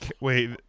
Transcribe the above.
Wait